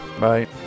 Bye